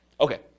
okay